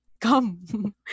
come